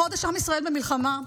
חודש עם ישראל במלחמה.